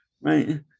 right